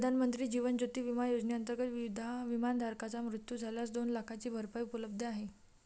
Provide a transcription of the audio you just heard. प्रधानमंत्री जीवन ज्योती विमा योजनेअंतर्गत, विमाधारकाचा मृत्यू झाल्यास दोन लाखांची भरपाई उपलब्ध आहे